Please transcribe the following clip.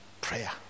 prayer